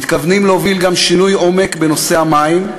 מתכוונים להוביל גם שינוי עומק בנושא המים,